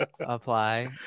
apply